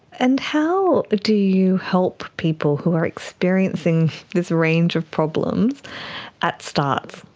and how do you help people who are experiencing this range of problems at startts?